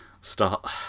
start